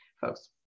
folks